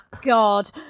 God